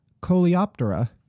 Coleoptera